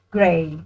Gray